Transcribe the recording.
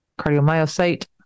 cardiomyocyte